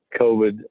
COVID